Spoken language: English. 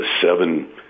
seven